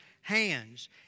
hands